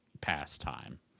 pastime